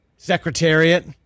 Secretariat